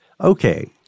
Okay